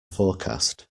forecast